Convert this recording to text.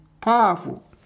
Powerful